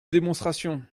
démonstration